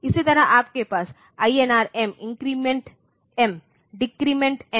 इसी तरह आपके INR M increment M decrement M